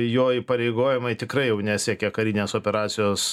jo įpareigojimai tikrai jau nesiekia karinės operacijos